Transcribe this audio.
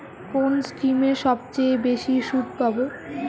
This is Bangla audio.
কোন স্কিমে সবচেয়ে বেশি সুদ পাব?